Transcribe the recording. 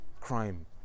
crime